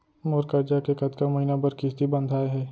मोर करजा के कतका महीना बर किस्ती बंधाये हे?